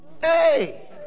Hey